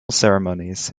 ceremonies